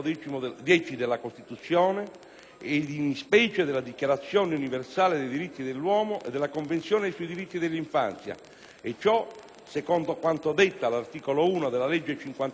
ed in specie della Dichiarazione universale dei diritti dell'uomo e della Convenzione sui diritti dell'infanzia; ciò, secondo quanto detta l'articolo 1 della legge 28 marzo 2003,